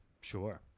Sure